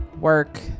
work